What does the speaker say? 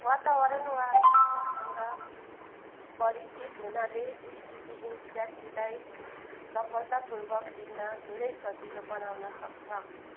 वातावरण वा मार्गसँग परिचित हुनाले दृष्टिविहीन व्यक्तिलाई सफलतापूर्वक हिँड्न धेरै सजिलो बनाउन सक्छ